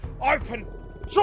open